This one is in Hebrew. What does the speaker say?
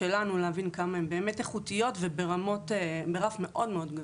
שלנו ולהבין כמה הן באמת איכותיות וברף מאוד מאוד גבוה.